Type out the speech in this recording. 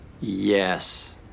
Yes